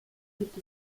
gibt